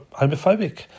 homophobic